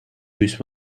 juice